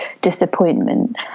disappointment